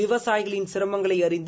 விவசாயிகளின் சிரமங்களை அறிந்து